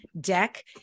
deck